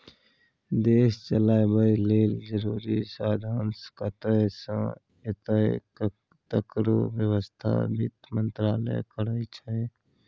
देश चलाबय लेल जरुरी साधंश कतय सँ एतय तकरो बेबस्था बित्त मंत्रालय करै छै